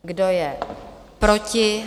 Kdo je proti?